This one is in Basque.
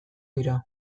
dira